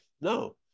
No